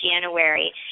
January